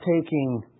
taking